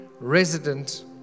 resident